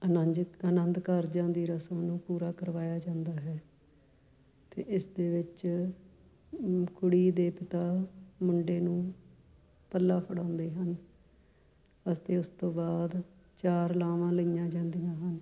ਆਨੰਜ ਆਨੰਦ ਕਾਰਜਾਂ ਦੀ ਰਸਮ ਨੂੰ ਪੂਰਾ ਕਰਵਾਇਆ ਜਾਂਦਾ ਹੈ ਅਤੇ ਇਸਦੇ ਵਿੱਚ ਕੁੜੀ ਦੇ ਪਿਤਾ ਮੁੰਡੇ ਨੂੰ ਪੱਲਾ ਫੜਾਉਂਦੇ ਹਨ ਅਤੇ ਉਸ ਤੋਂ ਬਾਅਦ ਚਾਰ ਲਾਵਾਂ ਲਈਆਂ ਜਾਂਦੀਆਂ ਹਨ